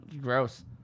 Gross